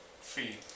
feed